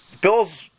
Bills